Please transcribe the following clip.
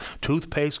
toothpaste